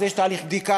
אז יש תהליך בדיקה.